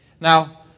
Now